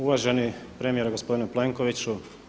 Uvaženi premijeru gospodine Plenkoviću.